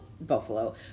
Buffalo